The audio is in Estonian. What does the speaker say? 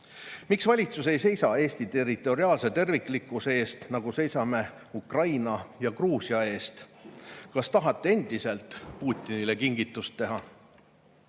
Miks valitsus ei seisa Eesti territoriaalse terviklikkuse eest, nagu seisame Ukraina ja Gruusia eest? Kas tahate endiselt Putinile kingitust teha? Eesti